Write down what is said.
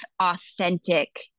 authentic